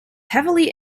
heavily